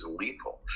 lethal